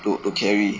to to carry